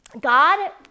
God